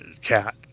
cat